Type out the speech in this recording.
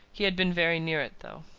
he had been very near it, though.